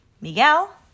Miguel